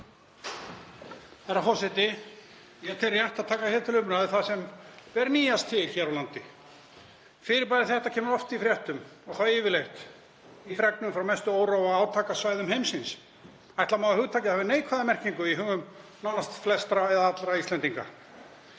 Herra forseti. Ég tel rétt að taka til umræðu það sem ber nýjast til hér á landi. Fyrirbæri þetta kemur oft í fréttum og þá yfirleitt í fregnum frá mestu óróa- og átakasvæðum heimsins. Ætla má að hugtakið hafi neikvæða merkingu í hugum nánast flestra eða allra Íslendinga.